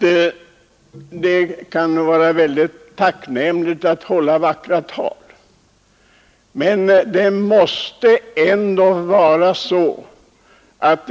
Det kan givetvis vara mycket tacknämligt att det hålls vackra tal.